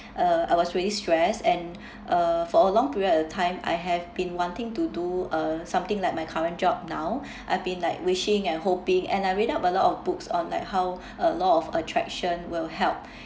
uh I was really stressed and uh for a long period of time I have been wanting to do uh something like my current job now I've been like wishing and hoping and I read up a lot of books on like how uh law of attraction will help